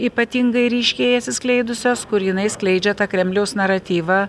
ypatingai ryškiai atsiskleidusios kur jinai skleidžia tą kremliaus naratyvą